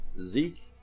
zeke